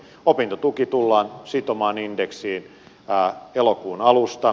opintotuki tullaan sitomaan indeksiin elokuun alusta